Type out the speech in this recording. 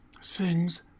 sings